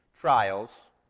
trials